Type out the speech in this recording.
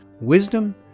wisdom